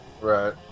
Right